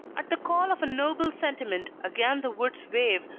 at the call of a noble sentiment, again the woods wave,